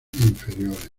inferiores